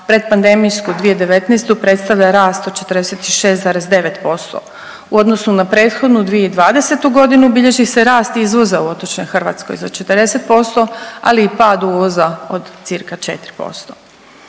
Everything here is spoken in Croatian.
pretpandemijsku 2019. predstavlja rast od 46,9%. U odnosu na prethodnu 2020. godinu bilježi se rast izvoza u otočnoj Hrvatskoj za 40%, ali i pad uvoza od cca 4%.